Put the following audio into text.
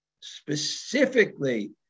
specifically